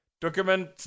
Document